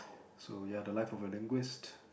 so ya the life of a linguist